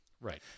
Right